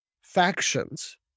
factions